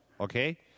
Okay